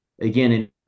again